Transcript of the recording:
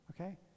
Okay